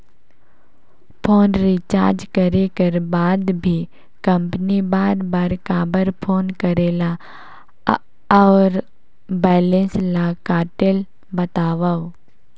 Phone recharge करे कर बाद भी कंपनी बार बार काबर फोन करेला और बैलेंस ल काटेल बतावव?